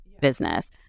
business